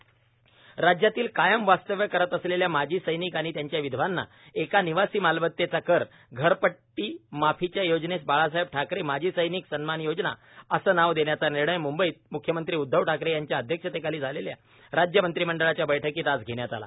राज्य मंत्रिमंडळ निर्णय राज्यातील कायम वास्तव्य करीत असलेल्या माजी सैनिक आणि त्यांच्या विधवांना एका निवासी मालमत्तेचा कर घरपट्टी माफीच्या योजनेस बाळासाहेब ठाकरे माजीसैनिक सन्मान योजना असे नाव देण्याचा निर्णय म्ंबईत म्ख्यमंत्री उद्दव ठाकरे यांच्या अध्यक्षतेखाली झालेल्या राज्य मंत्रिमंडळाच्या बैठकीत आज घेण्यात आला